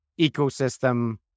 ecosystem